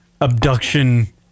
Abduction